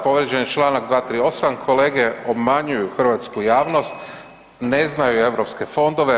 Povrijeđen je čl. 238., kolege obmanjuju hrvatsku javnost ne znaju europske fondove.